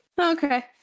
Okay